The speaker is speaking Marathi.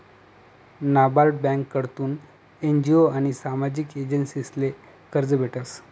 नाबार्ड ब्यांककडथून एन.जी.ओ आनी सामाजिक एजन्सीसले कर्ज भेटस